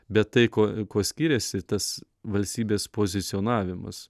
bet tai kuo kuo skiriasi tas valstybės pozicionavimas